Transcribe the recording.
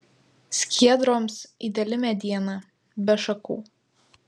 skiedroms ideali mediena be šakų